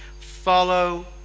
Follow